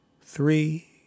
three